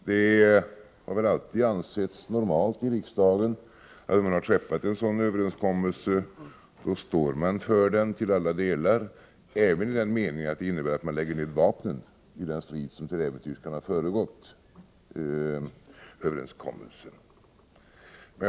Det har alltid ansetts normalt i riksdagen att när man har träffat en sådan överenskommelse står man för den till alla delar, även i den meningen att man lägger ned vapnen i den strid som till äventyrs kan ha föregått överenskommelsen.